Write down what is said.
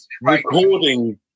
Recording